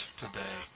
today